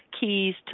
keys